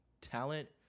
talent